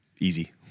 Easy